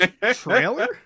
Trailer